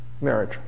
marriage